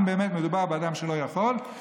אם באמת מדובר באדם שלא יכול,